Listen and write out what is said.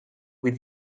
with